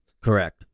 correct